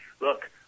Look